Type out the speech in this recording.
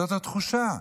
זאת התחושה.